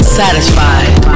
satisfied